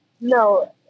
No